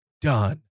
done